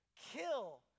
Kill